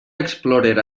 explorer